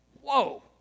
whoa